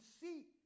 see